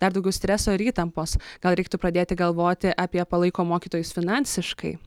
dar daugiau stresoir įtampos gal reiktų pradėti galvoti apie palaikom mokytojus finansiškai